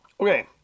okay